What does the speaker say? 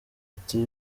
ati